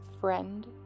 friend